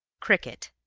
cricket,